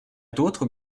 d’autres